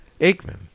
Aikman